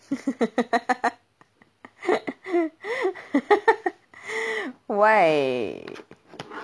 why